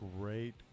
great